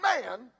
man